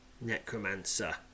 Necromancer